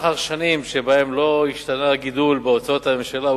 לאחר שנים שבהן לא השתנה הגידול בהוצאות הממשלה,